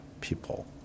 people